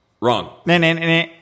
Wrong